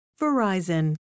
Verizon